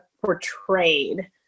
portrayed